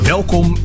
Welkom